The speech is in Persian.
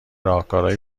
راهکار